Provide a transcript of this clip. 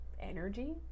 energy